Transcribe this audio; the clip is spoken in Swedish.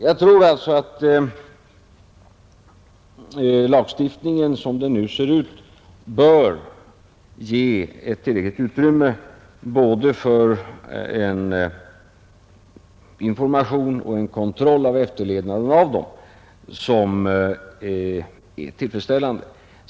Jag tror alltså att lagstiftningen som den nu ser ut bör ge ett tillräckligt utrymme både för en information och för en kontroll av efterlevnaden av reglerna som är tillfredsställande.